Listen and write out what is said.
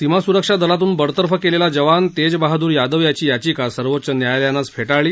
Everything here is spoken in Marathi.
सीमा स्रक्षा दलातून बडतर्फ केलेला जवान तेज बहादूर यादव याची याचिका सर्वोच्च न्यायालयानं आज फेटाळली